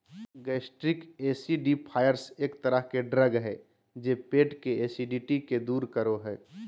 gastric acidifiers एक तरह के ड्रग हय जे पेट के एसिडिटी के दूर करो हय